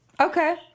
Okay